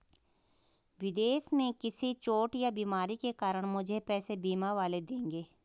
विदेश में किसी चोट या बीमारी के कारण मुझे पैसे बीमा वाले देंगे